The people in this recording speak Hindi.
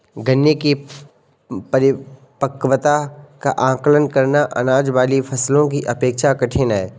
गन्ने की परिपक्वता का आंकलन करना, अनाज वाली फसलों की अपेक्षा कठिन है